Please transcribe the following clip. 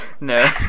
No